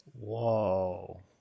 Whoa